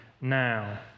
now